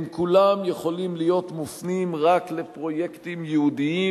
הם כולם יכולים להיות מופנים רק לפרויקטים ייעודיים